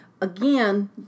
Again